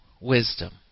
wisdom